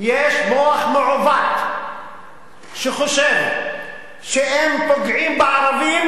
יש מוח מעוות שחושב שאם פוגעים בערבים,